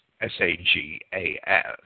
S-A-G-A-S